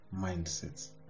Mindsets